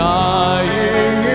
dying